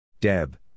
Deb